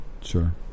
Sure